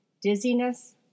Dizziness